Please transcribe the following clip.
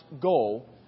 goal